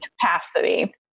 capacity